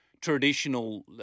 traditional